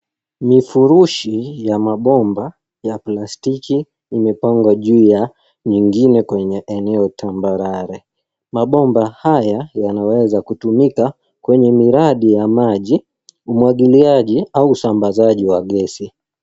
Mifurushi ya mabomba ya plastiki imepangwa juu ya nyingine kwenye eneo tambarare. Mabomba haya yanaweza kutumika kwenye miradi ya maji, umwagiliaji au usambazaji wa gesi.